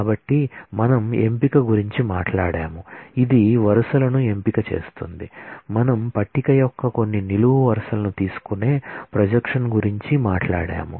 కాబట్టి మనం ఎంపిక గురించి మాట్లాడాము ఇది వరుసలను ఎంపిక చేస్తుంది మనం టేబుల్ యొక్క కొన్ని నిలువు వరుసలను తీసుకునే ప్రొజెక్షన్ గురించి మాట్లాడాము